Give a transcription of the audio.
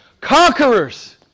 Conquerors